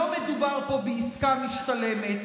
לא מדובר פה בעסקה משתלמת,